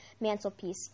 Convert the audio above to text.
mantelpiece